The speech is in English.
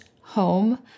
home